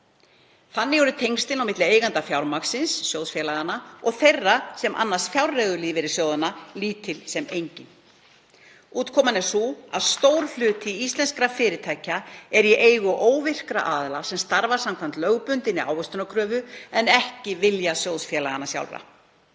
Þannig eru tengslin á milli eigenda fjármagnsins, sjóðfélaga, og þeirra sem annast fjárreiður lífeyrissjóða lítil sem engin. Útkoman er sú að stór hluti íslenskra fyrirtækja er í eigu óvirkra aðila sem starfa samkvæmt lögbundinni ávöxtunarkröfu en ekki vilja sjóðfélaganna sjálfra.